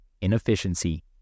inefficiency